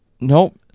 Nope